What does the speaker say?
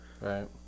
Right